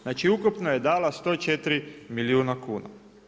Znači ukupno je dala 104 milijuna kuna.